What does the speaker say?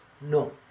no